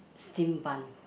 steam bun